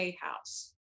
House